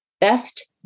best